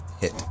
hit